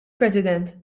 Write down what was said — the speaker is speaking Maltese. president